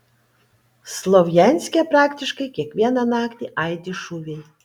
slovjanske praktiškai kiekvieną naktį aidi šūviai